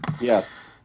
Yes